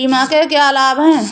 बीमा के क्या लाभ हैं?